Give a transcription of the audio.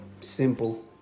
simple